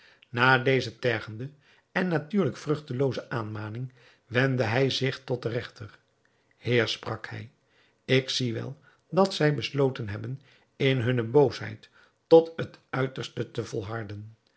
na deze tergende en natuurlijk vruchtelooze aanmaning wendde hij zich tot den regter heer sprak hij ik zie wel dat zij besloten hebben in hunne boosheid tot het uiterste te volharden